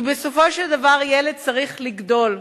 כי בסופו של דבר ילד צריך לגדול,